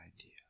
idea